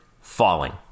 falling